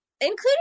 Including